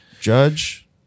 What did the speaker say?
judge